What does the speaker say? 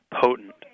potent